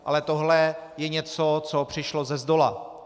Ale tohle je něco, co přišlo zezdola.